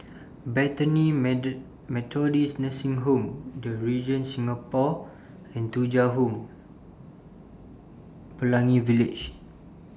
Bethany Methodist Nursing Home The Regent Singapore and Thuja Home Pelangi Village